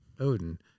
Odin